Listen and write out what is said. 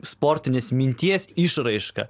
sportinės minties išraiška